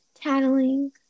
tattling